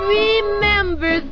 remember